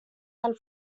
del